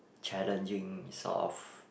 challenging sort of